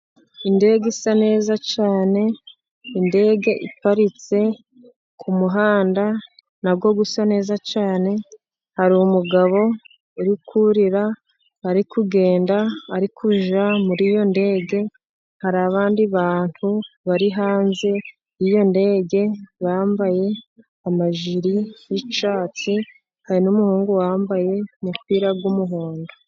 Indege isa neza cyane, indege iparitse ku muhanda, na wo usa neza cyane, hari umugabo uri kurira, ari kugenda, ari kujya muri iyo ndege, hari abandi bantu bari hanze y'iyo ndege, bambaye amajire y'icyatsi, hari n'umuhungu wambaye umupira w'umuhondo.